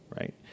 right